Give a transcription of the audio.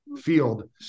field